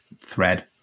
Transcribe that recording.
thread